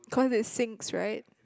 cause it sinks right